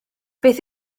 beth